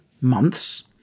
months